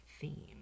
theme